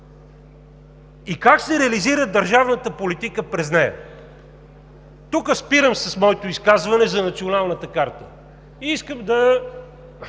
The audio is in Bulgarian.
Как се реализира държавната политика през нея? Тук спирам с моето изказване за Националната карта и искам да